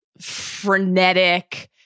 frenetic